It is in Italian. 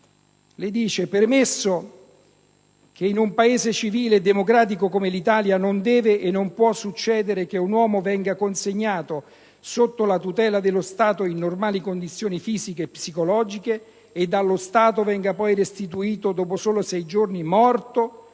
si dice: «Premesso che in un Paese civile e democratico come l'Italia non deve e non può succedere che un uomo venga consegnato sotto la tutela dello Stato in normali condizioni fisiche e psicologiche e dallo Stato venga poi restituito dopo soli sei giorni morto